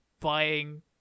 buying